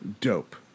dope